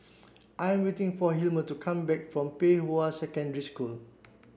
I'm waiting for Hilmer to come back from Pei Hwa Secondary School